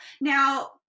Now